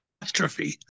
Catastrophe